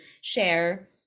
share